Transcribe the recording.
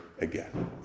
again